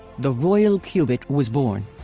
the royal cubit was born.